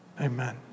Amen